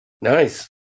Nice